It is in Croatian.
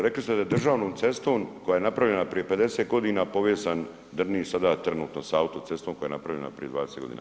Rekli ste da državnom cestom koja je napravljena prije 50 godina povezan Drniš sada trenutno sa autocestom koja je napravljena prije 20 godina.